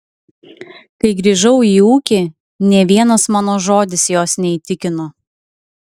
kai grįžau į ūkį nė vienas mano žodis jos neįtikino